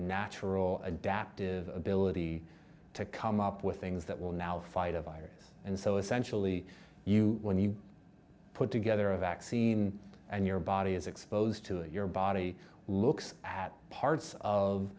natural adaptive ability to come up with things that will now fight a virus and so essentially you when you put together a vaccine and your body is exposed to it your body looks at parts of